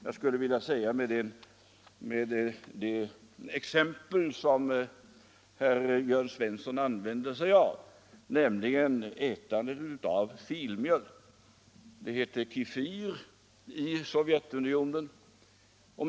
Jag skulle vilja knyta an till det exempel herr Jörn Svensson använde sig av, nämligen ätandet av filmjölk — det heter kefir i Sovjetunionen.